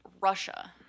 Russia